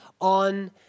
on